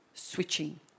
Switching